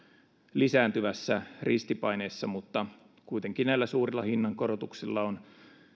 lisääntyvässä ristipaineessa mutta kuitenkin näillä suurilla hinnankorotuksilla on